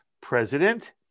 president